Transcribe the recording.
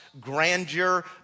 grandeur